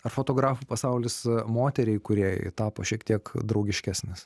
ar fotografų pasaulis moteriai kūrėjai tapo šiek tiek draugiškesnis